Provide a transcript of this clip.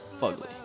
fugly